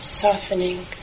softening